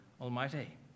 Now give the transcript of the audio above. Almighty